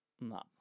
No